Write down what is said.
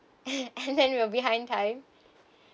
and and then we were behind time